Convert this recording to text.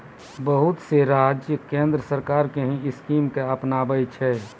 बहुत से राज्य केन्द्र सरकार के ही स्कीम के अपनाबै छै